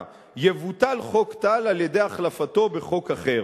יבוטל חוק טל על-ידי החלפתו בחוק אחר.